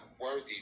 worthy